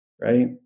right